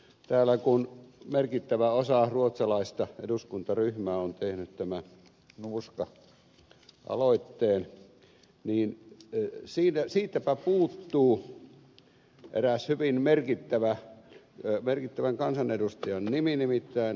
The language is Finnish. täällä kun merkittävä osa ruotsalaista eduskuntaryhmää on tehnyt tämän nuuska aloitteen niin siitäpä puuttuu erään hyvin merkittävän kansanedustajan nimi nimittäin ed